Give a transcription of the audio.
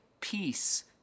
peace